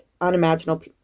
unimaginable